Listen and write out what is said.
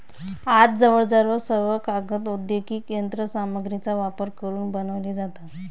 आज जवळजवळ सर्व कागद औद्योगिक यंत्र सामग्रीचा वापर करून बनवले जातात